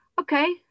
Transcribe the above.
okay